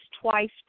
twice